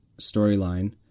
storyline